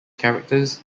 characters